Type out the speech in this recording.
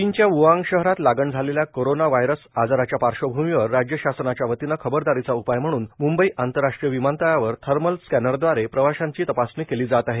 चीनच्या व्आंग शहरात लागण झालेल्या करोना व्हायरस आजाराच्या पार्श्वभूमीवर राज्य शासनाच्या वतीने खबरदारीचा उपाय म्हणून मुंबई आंतरराष्ट्रीय विमानतळावर थर्मल स्कॅनरदवारे प्रवाशांची तपासणी केली जात आहे